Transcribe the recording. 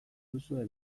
duzue